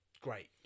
great